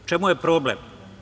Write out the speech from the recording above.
U čemu je problem?